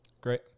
Great